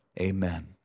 amen